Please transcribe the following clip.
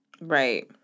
Right